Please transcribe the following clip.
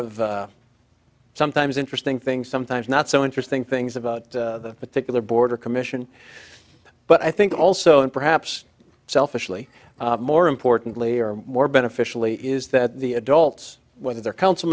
of sometimes interesting things sometimes not so interesting things about the particular border commission but i think also and perhaps selfishly more importantly or more beneficially is that the adults whether they're council